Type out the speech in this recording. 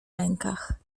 rękach